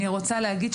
אני רוצה להגיד,